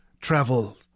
travel